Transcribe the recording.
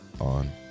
on